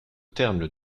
terme